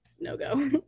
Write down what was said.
no-go